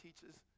teaches